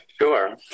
sure